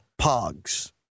Pogs